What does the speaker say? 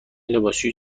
لباسشویی